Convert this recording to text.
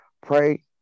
pray